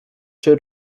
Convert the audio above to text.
czy